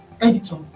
editor